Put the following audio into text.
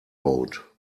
boat